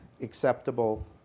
acceptable